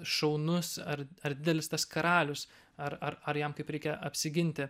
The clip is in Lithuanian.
šaunus ar ar didelis tas karalius ar ar ar jam kaip reikia apsiginti